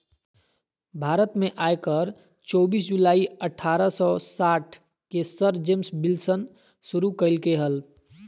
भारत में आयकर चोबीस जुलाई अठारह सौ साठ के सर जेम्स विल्सन शुरू कइल्के हल